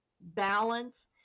balance